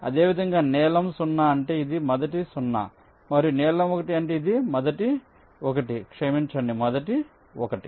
అదేవిధంగా నీలం 0 అంటే ఇది మొదటి 0 మరియు నీలం 1 అంటే ఇది మొదటి 1 క్షమించండి మొదటి 1